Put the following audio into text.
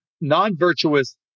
non-virtuous